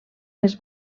les